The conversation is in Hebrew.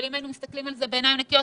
אבל אם היינו מסתכלים על זה בעיניים נקיות